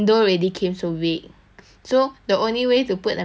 so the only way to put a metal grilles is to put it like that